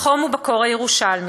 בחום ובקור הירושלמי,